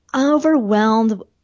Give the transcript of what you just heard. overwhelmed